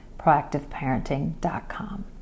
ProactiveParenting.com